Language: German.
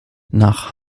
nach